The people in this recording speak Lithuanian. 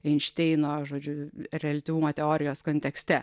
einšteino žodžiu reliatyvumo teorijos kontekste